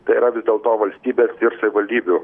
tai yra vis dėlto valstybės ir savivaldybių